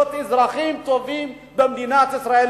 להיות אזרחים טובים במדינת ישראל,